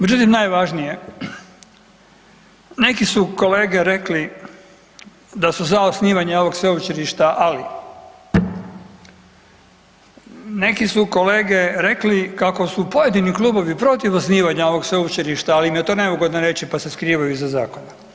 Međutim, najvažnije, neki su kolege rekli da su za osnivanje ovoga sveučilišta ali neki su kolege rekli kako su pojedini klubovi protiv osnivanja ovog sveučilišta ali im je to neugodno reći pa se skrivaju iza zakona.